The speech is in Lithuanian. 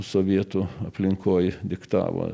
sovietų aplinkoj diktavo